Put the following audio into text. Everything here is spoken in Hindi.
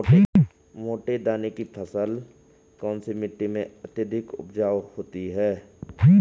मोटे दाने की फसल कौन सी मिट्टी में अत्यधिक उपजाऊ होती है?